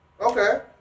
okay